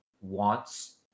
wants